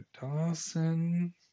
Dawson